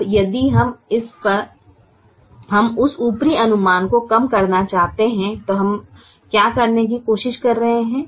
अब यदि हम उस ऊपरी अनुमान को कम करना चाहते हैं तो हम क्या करने की कोशिश कर रहे हैं